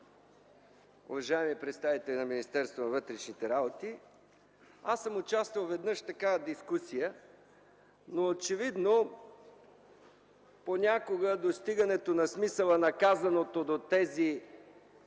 уважаеми представители на Министерството на вътрешните работи! Аз съм участвал веднъж в такава дискусия, но очевидно понякога достигането на смисъла на казаното до тези,